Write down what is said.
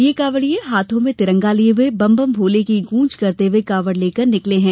ये कांवड़िए हाथों में तिरंगा लिए हुए बम बम भोले की गूंज करते हुए कांवड़ लेकर निकले हैं